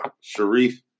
Sharif